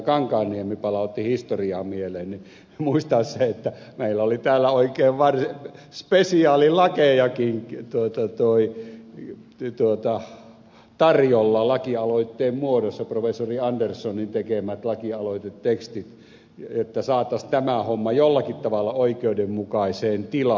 kankaanniemi palautti historiaa mieleen se että meillä oli täällä oikein spesiaalilakejakin tarjolla lakialoitteen muodossa professori anderssonin tekemät lakialoitetekstit että saataisiin tämä homma jollakin tavalla oikeudenmukaiseen tilaan